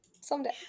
Someday